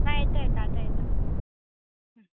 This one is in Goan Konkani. आ येता येता आतां येता